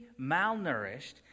malnourished